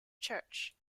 church